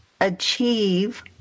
achieve